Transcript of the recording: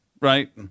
right